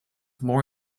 more